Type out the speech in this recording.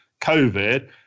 COVID